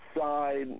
side